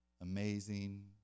amazing